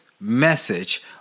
message